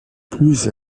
plus